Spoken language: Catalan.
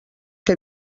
que